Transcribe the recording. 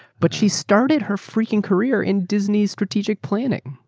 but she started her freaking career in disneyaeurs strategic planning.